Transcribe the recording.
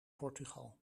portugal